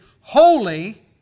holy